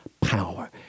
power